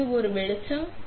எனவே இது ஒரு வெளிச்சம்